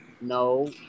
no